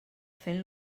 fent